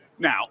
Now